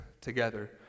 together